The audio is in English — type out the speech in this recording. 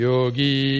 Yogi